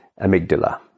amygdala